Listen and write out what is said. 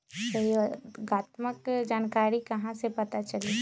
सहयोगात्मक जानकारी कहा से पता चली?